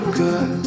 good